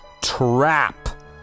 trap